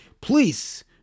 Please